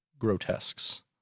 grotesques